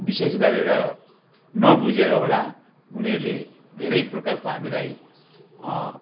विशेष गरेर नबुझेर होला उनीहरूले धेरै प्रकारको हामीलाई